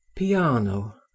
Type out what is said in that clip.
Piano